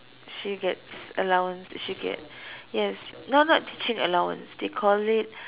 she gets allowance she get yes no not teaching allowance they call it